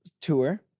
Tour